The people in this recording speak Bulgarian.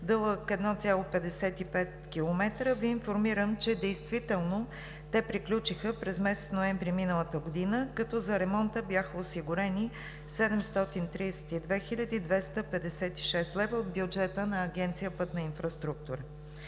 дълъг 1,55 км, Ви информирам, че те приключиха през месец ноември миналата година, като за ремонта бяха осигурени 732 хил. 256 лв. от бюджета на Агенция „Пътна инфраструктура“.